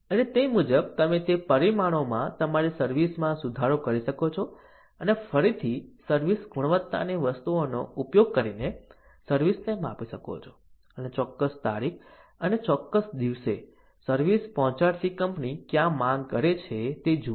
અને તે મુજબ તમે તે પરિમાણોમાં તમારી સર્વિસ માં સુધારો કરી શકો છો અને ફરીથી સર્વિસ ગુણવત્તાની વસ્તુઓનો ઉપયોગ કરીને સર્વિસ ને માપી શકો છો અને ચોક્કસ તારીખ અથવા ચોક્કસ દિવસે સર્વિસ પહોંચાડતી કંપની ક્યાં માંગ કરે છે તે જુઓ